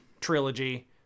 trilogy